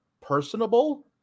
personable